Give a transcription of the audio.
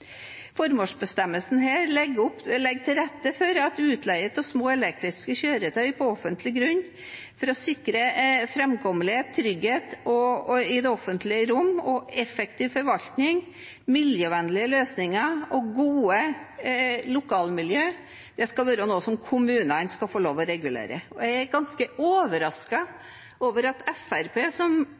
legger til rette for at utleie av små, elektriske kjøretøy på offentlig grunn, for å sikre framkommelighet og trygghet i det offentlige rom og effektiv forvaltning, miljøvennlige løsninger og gode lokalmiljøer, skal være noe som kommunene skal få lov til å regulere. Jeg er ganske overrasket over at Fremskrittspartiet, som